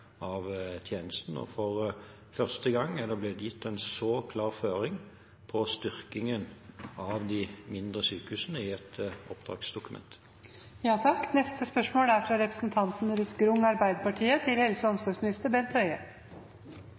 tjenesten. For første gang er det blitt gitt en klar føring på styrkingen av de mindre sykehusene i et oppdragsdokument. «Tvang er en alvorlig inngripen. Norge topper Europa-statistikken på bruk av tvang. FN og